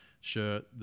shirt